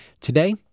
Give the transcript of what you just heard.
Today